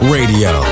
Radio